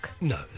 No